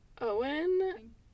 Owen